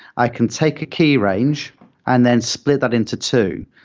i can take a key range and then split that into two.